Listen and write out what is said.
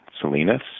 Salinas